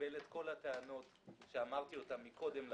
שקיבל את כל הטענות שאמרתי גם קודם לכן.